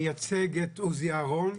מייצג את עוזי אהרן,